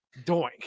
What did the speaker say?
Doink